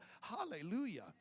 Hallelujah